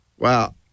Wow